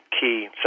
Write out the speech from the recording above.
key